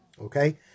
Okay